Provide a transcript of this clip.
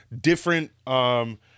different